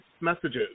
messages